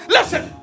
Listen